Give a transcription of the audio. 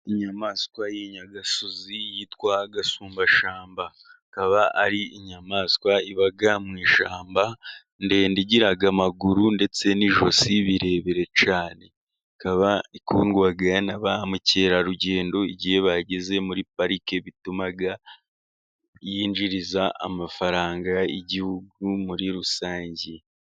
Inyamaswa y'inyagasozi yitwa agasumbashyamba. Ikaba ari inyamaswa iba mu ishyamba, ndende igira amaguru ndetse n'ijosi birebire cyane. Ikaba ikundwa na ba mukerarugendo igihe bageze muri pariki, bituma yinjiriza amafaranga Igihugu muri rusange.